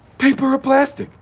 paper or plastic?